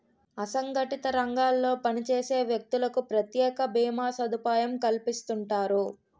అసంగటిత రంగాల్లో పనిచేసే వ్యక్తులకు ప్రత్యేక భీమా సదుపాయం కల్పిస్తుంటారు